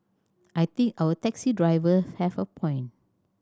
I think our taxi driver have a point